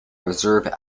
reserve